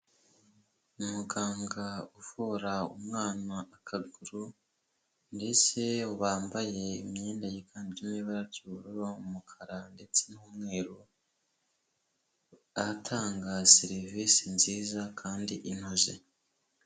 Umuganga uvura umwana akaguru ndetse wambaye imyenda yiganjemo ibara ry'ubururu, umukara ndetse n'umweru, aratanga serivise nziza kandi inoze.